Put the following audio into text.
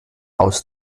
aus